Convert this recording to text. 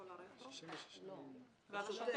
אני שואל